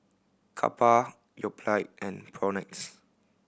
Kappa Yoplait and Propnex